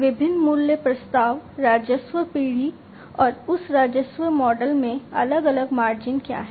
विभिन्न मूल्य प्रस्ताव राजस्व पीढ़ी और उस राजस्व मॉडल में अलग अलग मार्जिन क्या हैं